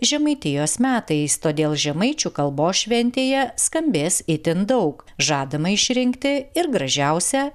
žemaitijos metais todėl žemaičių kalbos šventėje skambės itin daug žadama išrinkti ir gražiausią